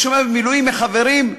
הייתי שומע במילואים מחברים,